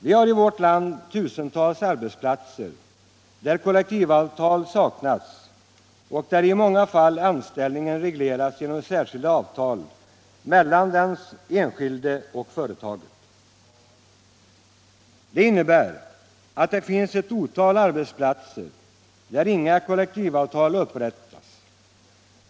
Vi har i vårt land tusentals arbetsplatser där kollektivavtal saknas, och i många fall regleras där anställningen genom särskilda avtal mellan den enskilde och företaget. Detta innebär att det finns ett otal arbetsplatser där inga kollektivavtal upprättas.